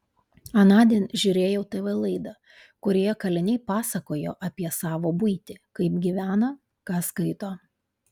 anądien žiūrėjau tv laidą kurioje kaliniai pasakojo apie savo buitį kaip gyvena ką skaito